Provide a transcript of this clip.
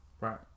Right